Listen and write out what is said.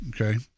Okay